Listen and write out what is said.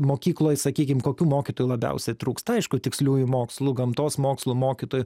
mokykloj sakykim kokių mokytojų labiausiai trūksta aišku tiksliųjų mokslų gamtos mokslų mokytojų